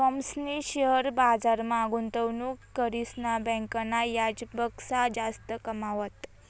थॉमसनी शेअर बजारमा गुंतवणूक करीसन बँकना याजपक्सा जास्त कमावात